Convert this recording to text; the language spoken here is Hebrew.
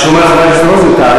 מה שאומר חבר הכנסת רוזנטל,